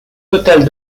totale